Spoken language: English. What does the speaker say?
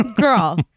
Girl